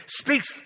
speaks